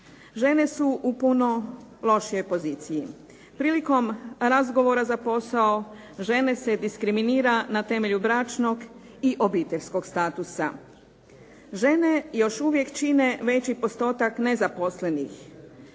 Žene su u puno lošijoj poziciji. Prilikom razgovora za posao žene se diskriminira na temelju bračnog i obiteljskog statusa. Žene još uvijek čine veći postotak nezaposlenih.